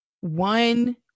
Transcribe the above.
one